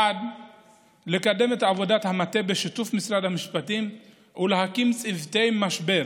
1. לקדם את עבודת המטה בשיתוף משרד המשפטים ולהקים צוותי משבר